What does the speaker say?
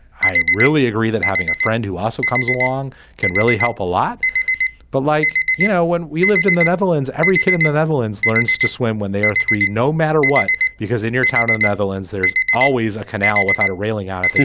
i really agree that having a friend who also comes along can really help a lot but like you know when we lived in the netherlands every kid in the netherlands learns to swim when they are three no matter what. because in your town in the netherlands there's always a canal without a railing on it.